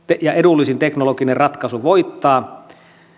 ja edullisin teknologinen ratkaisu voittaa